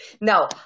no